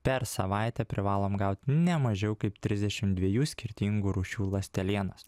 per savaitę privalom gaut ne mažiau kaip trisdešim dviejų skirtingų rūšių ląstelienos